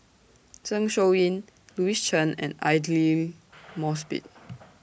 Zeng Shouyin Louis Chen and Aidli Mosbit